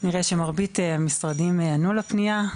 נראה שמרבית המשרדים ענו לפנייה,